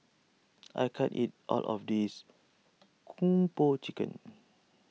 I can't eat all of this Kung Po Chicken